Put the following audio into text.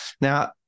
now